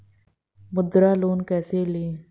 मुद्रा लोन कैसे ले?